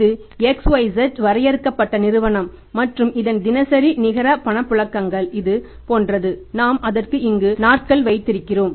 இது xyz வரையறுக்கப்பட்ட நிறுவனம் மற்றும் இதன் தினசரி நிகர பணப்புழக்கங்கள் இது போன்றது நாம் அதற்கு இங்கு நாட்கள் வைத்திருக்கிறோம்